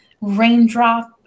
raindrop